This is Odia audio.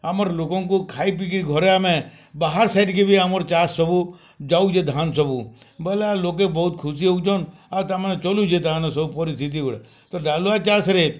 ଆମର୍ ଲୋକଙ୍କୁ ଖାଇ ପିଇ କି ଘରେ ଆମେ ବାହାର୍ ସାଇଡ଼୍କେ ବି ଆମର୍ ଚାଷ୍ ସବୁ ଯାଉଛେ ଧାନ୍ ସବୁ ବଏଲେ ଲୋକେ ବହୁତ୍ ଖୁସି ହଉଛନ୍ ଆଉ ତାମାନେ ଚଲୁଛେ ତାମାନେ ସବୁ ପରିସ୍ଥିତି ବେଳେ ତ ଡ଼ାଳୁଆ ଚାଷ୍ରେ